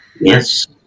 Yes